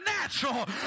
natural